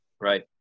Right